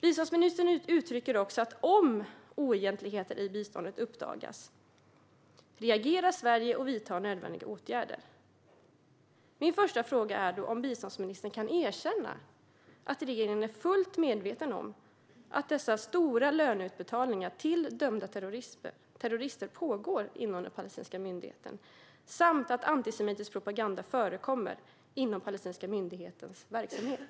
Biståndsministern uttrycker också att om oegentligheter i biståndet uppdagas reagerar Sverige och vidtar nödvändiga åtgärder. Min första fråga är om biståndsministern kan erkänna att regeringen är fullt medveten om att dessa stora löneutbetalningar till dömda terrorister pågår inom den palestinska myndigheten samt att antisemitisk propaganda förekommer inom dess verksamhet.